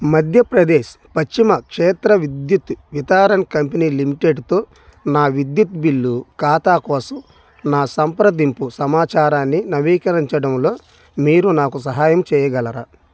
Madhya Pradesh Paschim Kshetra Vidyut Vitaran company లిమిటెడ్తో నా విద్యుత్ బిల్లు ఖాతా కోసం నా సంప్రదింపు సమాచారాన్ని నవీకరించడంలో మీరు నాకు సహాయం చెయ్యగలరా